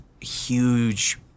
huge